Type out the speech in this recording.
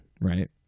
right